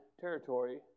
territory